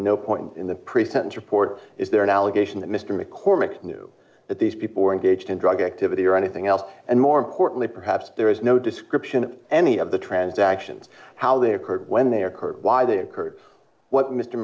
no point in the pre sentence report is there an allegation that mr mccormick's knew that these people were engaged in drug activity or anything else and more importantly perhaps there is no description of any of the transactions how they occurred when they occur why they occurred what mr